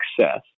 success